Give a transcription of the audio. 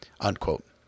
unquote